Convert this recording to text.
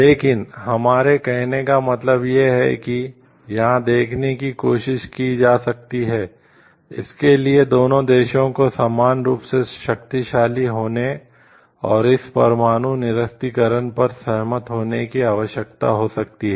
लेकिन हमारे कहने का मतलब यह है कि यहां देखने की कोशिश की जा सकती है इसके लिए दोनों देशों को समान रूप से शक्तिशाली होने और इस परमाणु निरस्त्रीकरण पर सहमत होने की आवश्यकता हो सकती है